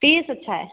तीस छै